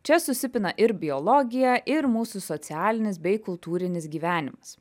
čia susipina ir biologija ir mūsų socialinis bei kultūrinis gyvenimas